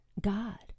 God